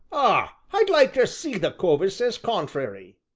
ah! i'd like to see the cove as says contrairy.